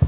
Na